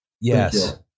Yes